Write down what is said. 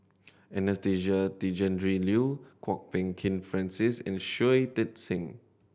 Anastasia Tjendri Liew Kwok Peng Kin Francis and Shui Tit Sing